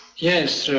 yes,